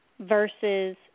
versus